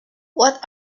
what